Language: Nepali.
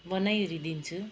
बनाइवरी दिन्छु